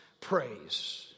praise